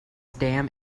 damn